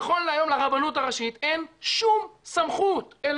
נכון להיום לרבנות הראשית אין שום סמכות אל